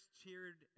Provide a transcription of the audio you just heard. cheered